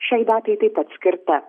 šiai datai taip pat skirta